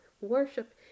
worship